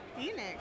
Phoenix